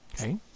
okay